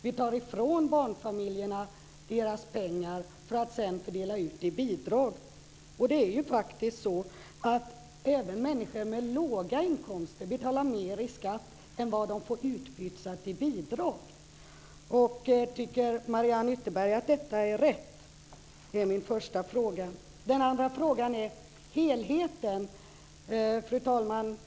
Vi tar ifrån barnfamiljerna deras pengar för att sedan fördela dem som bidrag. Det är faktiskt så att även människor med låga inkomster betalar mer i skatt än vad de får utpytsat i bidrag. Tycker Mariann Ytterberg att detta är rätt? Det är min första fråga. Den andra frågan gäller helheten. Fru talman!